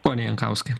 pone jankauskai